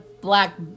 black